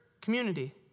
community